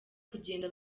kugenda